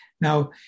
Now